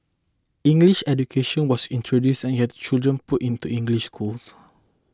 English education was introduced and you had children put into English schools